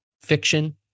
fiction